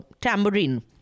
Tambourine